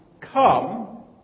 come